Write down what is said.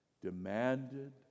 demanded